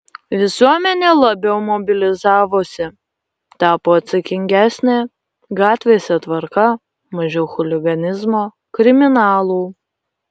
visuomenė labiau mobilizavosi tapo atsakingesnė gatvėse tvarka mažiau chuliganizmo kriminalų